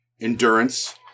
Endurance